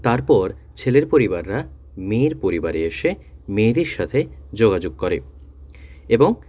তারপর ছেলের পরিবাররা মেয়ের পরিবারে এসে মেয়েদের সাথে যোগাযোগ করে এবং